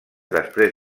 després